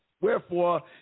Wherefore